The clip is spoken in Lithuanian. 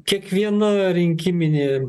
kiekvieno rinkiminė